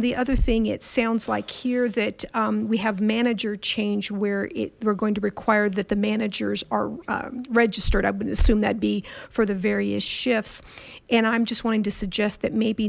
the other thing it sounds like here that we have manager change where it we're going to require that the managers are registered i would assume that be for the various shifts and i'm just wanting to suggest that maybe